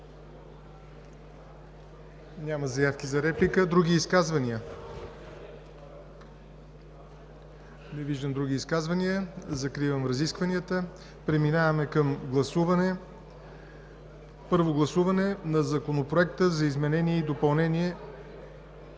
Няма заявки за реплики. Други изказвания? Не виждам. Закривам разискванията. Преминаваме към гласуване – първо гласуване на Законопроект за изменение и допълнение